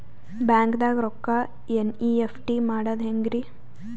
ಬ್ಯಾಂಕ್ದಾಗ ರೊಕ್ಕ ಎನ್.ಇ.ಎಫ್.ಟಿ ಮಾಡದ ಹೆಂಗ್ರಿ?